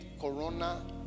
corona